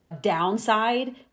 downside